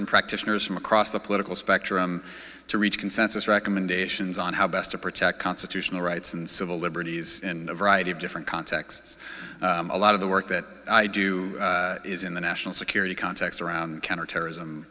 and practitioners from across the political spectrum to reach consensus recommendations on how best to protect constitutional rights and civil liberties in a variety of different contexts a lot of the work that i do is in the national security context around counterterrorism